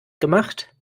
gemacht